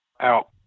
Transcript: out